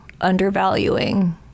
undervaluing